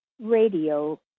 radio